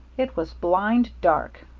it was blind dark.